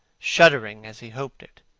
shuddering as he hoped it.